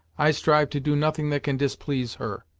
i strive to do nothing that can displease her.